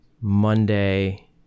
Monday